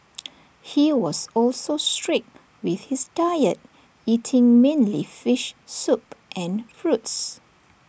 he was also strict with his diet eating mainly fish soup and fruits